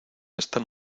están